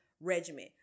regimen